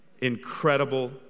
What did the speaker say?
Incredible